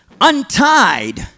untied